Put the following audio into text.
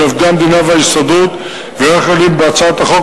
עובדי המדינה וההסתדרות ולא נכללים בהצעת החוק,